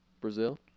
Brazil